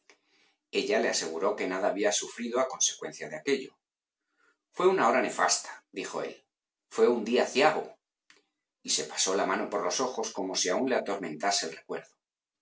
ella le aseguró que nada había sufrido a consecuencia de aquello fué una hora nefastadijo él fué un día aciago y se pasó la mano por los ojos como si aun le atormentase el recuerdo